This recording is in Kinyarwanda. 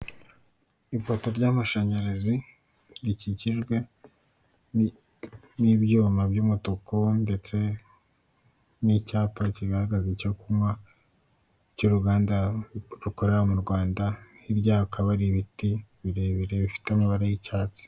Umuntu uhagaze imbere y'imbaga y'abantu benshi, wambaye imyenda y'umukara. ufite indangururamajwi y'umukara, inyuma ye hakaba hari ikigega cy'umukara kijyamo amazi aturutse k'umureko w'inzu. N'inzu yubatse n'amatafari ahiye.